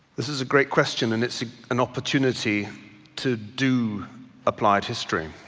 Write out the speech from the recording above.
this is a great question, and it's an opportunity to do applied history.